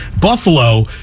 Buffalo